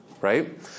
Right